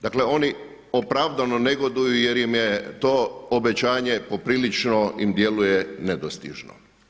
Dakle oni opravdano negoduju jer im je to obećanje poprilično im djeluje nedostižno.